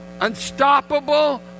unstoppable